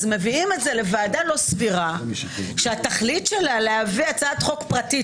אז מביאים את זה לוועדה לא סבירה שהתכלית שלה להביא הצעת חוק פרטית